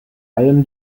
allem